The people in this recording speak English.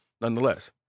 nonetheless